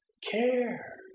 care